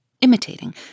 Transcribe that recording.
imitating